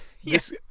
Yes